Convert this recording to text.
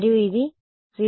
మరియు ఇది 0 ≤ x ≤ L